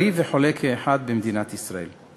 בריא וחולה כאחד, במדינת ישראל.